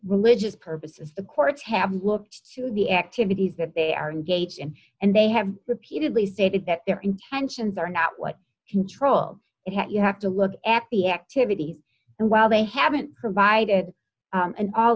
religious purposes the courts have looked to the activities that they are engaged in and they have repeatedly stated that their intentions are not what control you have to look at the activity and while they haven't provided an all